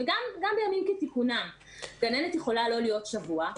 גם בימים כתיקונם גננת יכולה לא להיות שבוע.